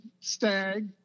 stag